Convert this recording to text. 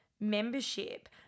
membership